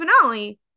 finale